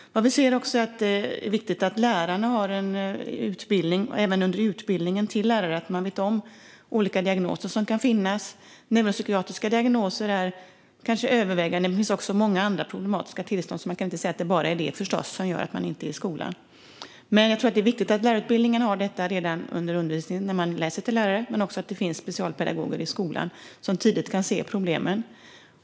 Vi anser att det är viktigt att lärarna, även under lärarutbildningen, vet om de olika diagnoser som kan finnas, där neuropsykiatriska diagnoser kanske överväger. Men det finns många andra problematiska tillstånd, så man kan inte säga att det är bara därför barn inte är i skolan. Det är viktigt med undervisning om detta när lärarna går utbildningen men också att det finns specialpedagoger i skolan som tidigt kan se problemen.